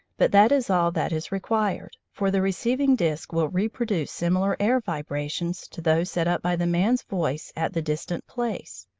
but that is all that is required, for the receiving disc will reproduce similar air-vibrations to those set up by the man's voice at the distant place.